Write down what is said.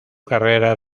carrera